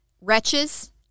Wretches